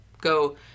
go